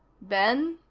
ben?